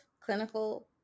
clinical